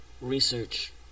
research